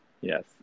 Yes